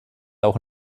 auch